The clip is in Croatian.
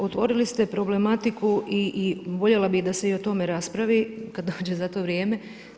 Otvorili ste problematiku, voljela bi da se i o tome raspravi kada dođe za to vrijeme.